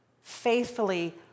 faithfully